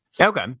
Okay